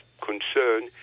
concern